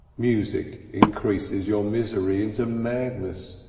music increases your misery into madness,